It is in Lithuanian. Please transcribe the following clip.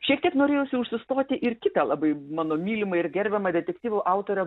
šiek tiek norėjosi užsistoti ir kitą labai mano mylimą ir gerbiamą detektyvų autorę